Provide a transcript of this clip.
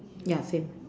ya same